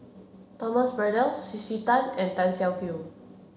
Thomas Braddell C C Tan and Tan Siak Kew